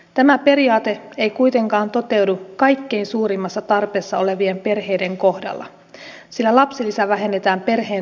tämä periaate ei kuitenkaan toteudu kaikkein suurimmassa tarpeessa olevien perheiden kohdalla sillä lapsilisä vähennetään perheen toimeentulotuesta